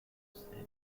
großeltern